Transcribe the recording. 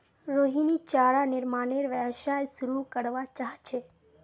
रोहिणी चारा निर्मानेर व्यवसाय शुरू करवा चाह छ